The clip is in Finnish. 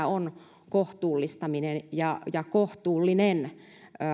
on kohtuullistaminen ja ja kohtuullinen